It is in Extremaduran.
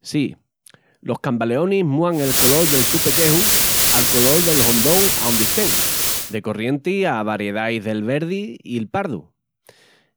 Sí, los cambaleonis múan el colol del su pelleju al colol del hondón aondi estén, de corrienti a variedais del verdi i'l pardu.